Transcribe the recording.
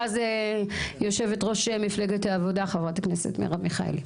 ואז ליושבת-ראש מפלגת העבודה חברת הכנסת מירב מיכאלי,